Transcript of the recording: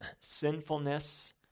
sinfulness